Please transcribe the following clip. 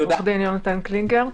צבי דביר,